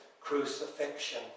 crucifixion